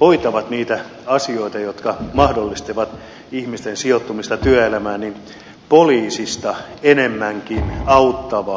hoitavat niitä asioita jotka mahdollistavat ihmisten sijoittumista työelämään pääsy poliisista enemmänkin auttavaan ilmapiiriin